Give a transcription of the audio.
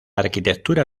arquitectura